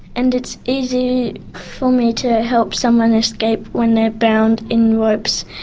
and it's easy for me to help someone escape when they are bound in ropes,